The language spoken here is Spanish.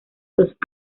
dos